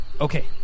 Okay